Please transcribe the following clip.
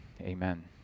amen